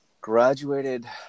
graduated